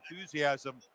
enthusiasm